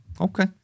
okay